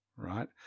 Right